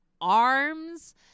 arms